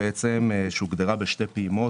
שהוגדרה בשתי פעימות,